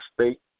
State